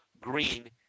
green